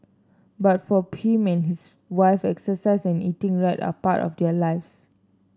but for him and his wife exercise and eating right are part of their lives